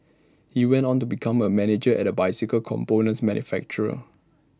he went on to become A manager at A bicycle components manufacturer